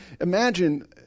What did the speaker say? imagine